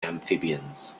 amphibians